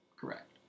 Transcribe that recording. Correct